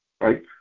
right